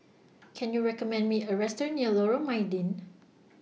Can YOU recommend Me A Restaurant near Lorong Mydin